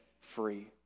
free